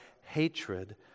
hatred